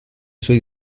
sui